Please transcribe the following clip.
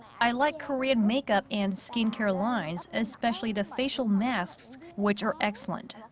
i like korean makeup and skin care lines, especially the facial masks, which are excellent.